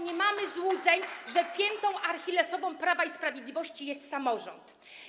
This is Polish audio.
nie mamy złudzeń, że piętą achillesową Prawa i Sprawiedliwości jest samorząd.